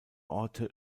orte